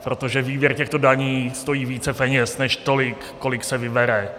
Protože výběr těchto daní stojí více peněz než tolik, kolik se vybere.